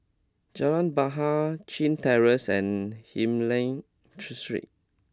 Jalan Bahar Chin Terrace and Hylam Street